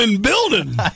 building